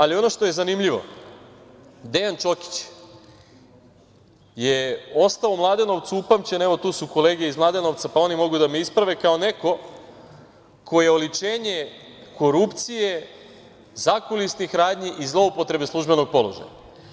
Ali, ono što je zanimljivo, Dejan Čokić je ostao u Mladenovcu upamćen, evo tu su kolege iz Mladenovca pa oni mogu da me isprave, kao neko ko je oličenje korupcije, zakulisnih radnji i zloupotrebe službenog položaja.